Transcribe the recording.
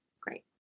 Great